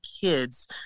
kids